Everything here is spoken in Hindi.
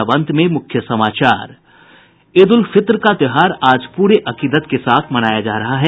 और अब अंत में मुख्य समाचार ईद उल फितर का त्योहार आज प्रे अकीदत के साथ मनाया जा रहा है